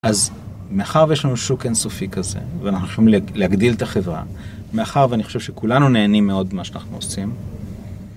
אז, מאחר ויש לנו שוק אינסופי כזה, ואנחנו הולכים להגדיל את החברה, מאחר ואני חושב שכולנו נהנים מאוד במה שאנחנו עושים.